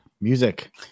music